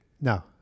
No